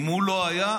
אם הוא לא היה,